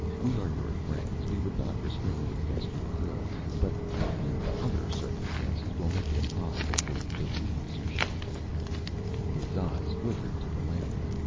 we are your friends. we would not restrain you against your will. but i fear other circumstances will make it impossible for you to leave xuchotl. his eyes flickered to valeria,